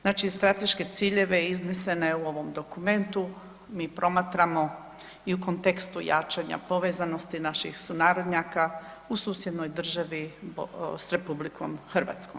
Znači strateške ciljeve iznesene u ovom dokumentu mi promatramo i u kontekstu jačanja povezanosti naših sunarodnjaka u susjednoj državi s RH.